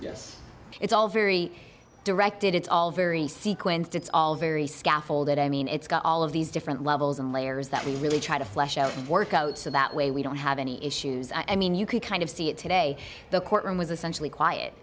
yes it's all very directed it's all very sequenced it's all very scaffold and i mean it's got all of these different levels and layers that we really try to flesh out and work out so that way we don't have any issues i mean you could kind of see it today the courtroom was essentially quiet